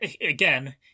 again